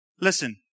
Listen